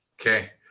Okay